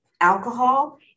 alcohol